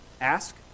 ask